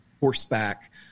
horseback